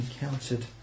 encountered